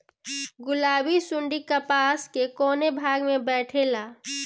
गुलाबी सुंडी कपास के कौने भाग में बैठे ला?